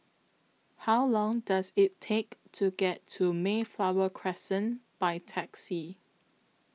How Long Does IT Take to get to Mayflower Crescent By Taxi